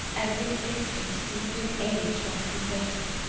every instant seemed an age whilst we waited.